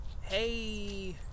Hey